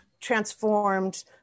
transformed